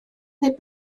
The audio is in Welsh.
neu